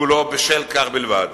כולו בשל כך בלבד.